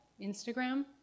Instagram